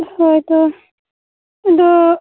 ᱦᱳᱭᱛᱚ ᱟᱫᱚ